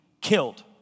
killed